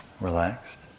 relaxed